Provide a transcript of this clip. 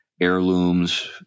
heirlooms